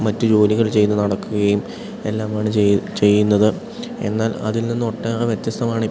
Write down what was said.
മറ്റു ജോലികൾ ചെയ്തു നടക്കുകയും എല്ലാമാണ് ചെയ്യുന്നത് എന്നാൽ അതിൽ നിന്ന് ഒട്ടേറെ വ്യത്യസ്തമാണ്